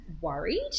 worried